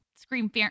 Scream